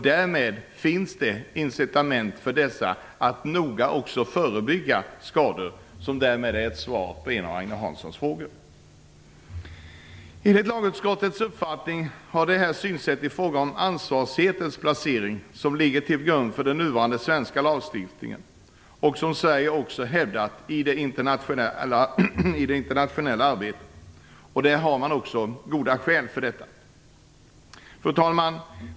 Därmed finns det incitament för dessa att noga förebygga skador. Därmed har jag svarat på en av Agne Hanssons frågor. Enligt lagutskottets uppfattning har det här synsättet i fråga om ansvarighetens placering, som ligger till grund för den nuvarande svenska lagstiftningen och som Sverige också hävdat i det internationella arbetet, också goda skäl för sig. Fru talman!